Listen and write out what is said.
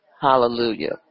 Hallelujah